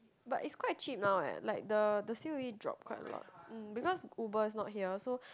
but it's quite cheap now eh like the the c_o_e drop quite a lot mm because Uber is not here so